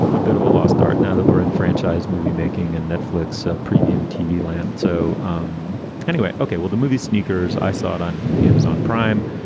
a bit of a lost art now that we're in franchise movie making and netflix premium tv land. so um anyway. okay. well, the movie sneakers i saw on amazon prime,